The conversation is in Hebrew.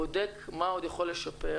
בודק מה עוד הוא יכול לשפר,